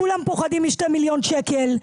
כולם פוחדים מ-2 מיליון שקל.